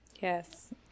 Yes